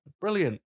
Brilliant